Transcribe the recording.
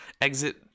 exit